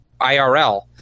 IRL